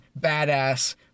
badass